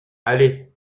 allez